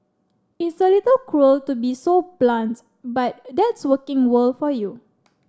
it's a little cruel to be so blunt but that's working world for you